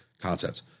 concept